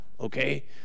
okay